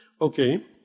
Okay